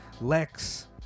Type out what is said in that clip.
Lex